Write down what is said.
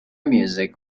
music